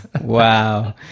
wow